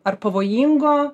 ar pavojingo